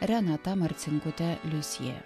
renata marcinkutė liusė